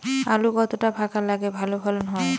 আলু কতটা ফাঁকা লাগে ভালো ফলন হয়?